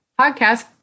podcast